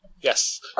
Yes